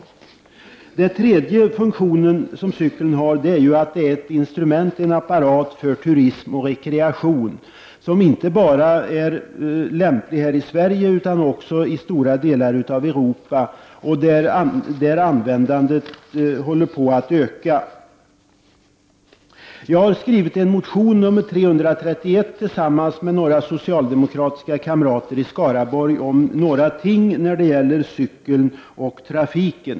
För det tredje är cykeln ett instrument för turism och rekreation som är lämplig inte bara i Sverige utan också i stora delar av Europa, där användandet av cykeln håller på att öka. Tillsammans med några socialdemokratiska kamrater i Skaraborg har jag skrivit en motion, T331, om några ting som har att göra med cykeln och trafiken.